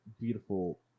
beautiful